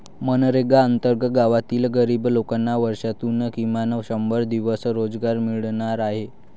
मनरेगा अंतर्गत गावातील गरीब लोकांना वर्षातून किमान शंभर दिवस रोजगार मिळणार आहे